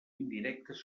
indirectes